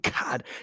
God